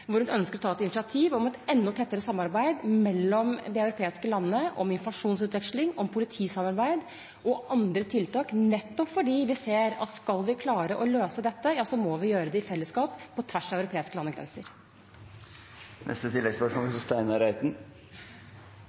hvor hun ønsker å ta initiativ til et enda tettere samarbeid mellom de europeiske landene om informasjonsutveksling, politisamarbeid og andre tiltak, nettopp fordi vi ser at skal vi klare å løse dette, må vi gjøre det i fellesskap på tvers av europeiske